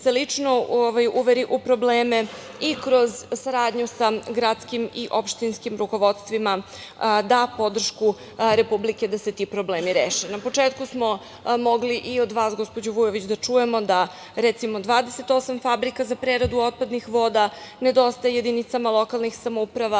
lično uveri u probleme i kroz saradnju sa gradskim i opštinskim rukovodstvima da podršku republike da se ti problemi reše. Na početku smo mogli i od vas, gospođo Vujović, da čujemo da recimo 28 fabrika za preradu otpadnih voda nedostaje jedinicama lokalnih samouprava,